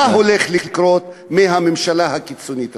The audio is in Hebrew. מה שהולך לקרות מהממשלה הקיצונית הזו.